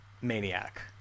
Maniac